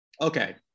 Okay